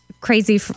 crazy